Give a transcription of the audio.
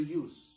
use